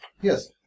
yes